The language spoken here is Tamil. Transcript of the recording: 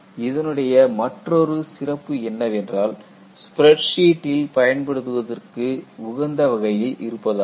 இதனுடைய மற்றொரு சிறப்பு என்னவென்றால் ஸ்பிரட்சீட்டில் பயன்படுத்துவதற்கு உகந்த வகையில் இருப்பதாகும்